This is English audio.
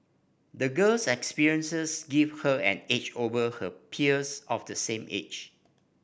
the girl's experiences gave her an edge over her peers of the same age